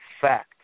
fact